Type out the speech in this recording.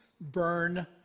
burn